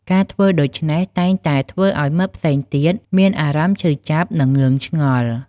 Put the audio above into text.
ការធ្វើដូច្នេះតែងតែធ្វើឱ្យមិត្តផ្សេងទៀតមានអារម្មណ៍ឈឺចាប់ និងងឿងឆ្ងល់។